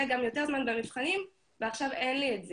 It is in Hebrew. יותר זמן במבחנים ועכשיו אין לי את זה.